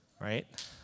Right